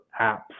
apps